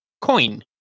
coin